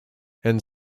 and